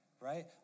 right